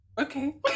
okay